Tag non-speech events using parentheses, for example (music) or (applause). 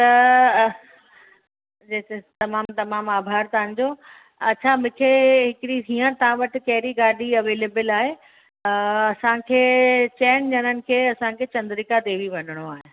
त (unintelligible) तमामु तमामु आभार तव्हांजो अच्छा मूंखे हिकिड़ी हीअंर तव्हां वटि कहिड़ी गाॾी अवेलेबिल आहे असांखे चइनि ॼणण खे असांखे चंद्रीका देवी वञिणो आहे